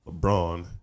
LeBron